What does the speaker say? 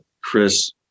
Chris